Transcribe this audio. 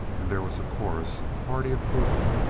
and there was a chorus of hearty approval.